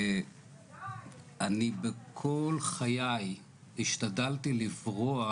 אני בכל חיי השתדלתי לברוח